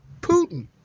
Putin